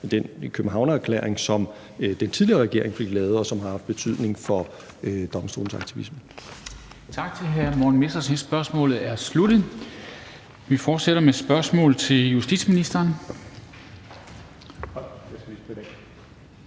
i den Københavnererklæring, som den tidligere regering fik lavet, og som har haft betydning for domstolens aktivisme. Kl. 13:07 Formanden (Henrik Dam Kristensen): Tak til hr. Morten Messerschmidt. Spørgsmålet er sluttet. Vi fortsætter med spørgsmål til justitsministeren.